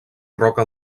roca